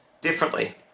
differently